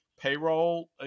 payroll